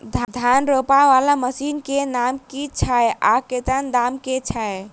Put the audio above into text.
धान रोपा वला मशीन केँ नाम की छैय आ कतेक दाम छैय?